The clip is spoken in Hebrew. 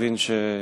אני מבין.